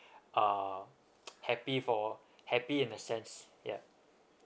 uh happy for happy in a sense ya